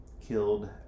killed